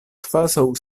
kvazaŭ